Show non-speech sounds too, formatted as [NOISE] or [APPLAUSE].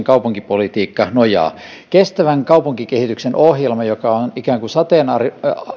[UNINTELLIGIBLE] kaupunkipolitiikka nojaa kestävän kaupunkikehityksen ohjelma joka on ikään kuin sateenvarjo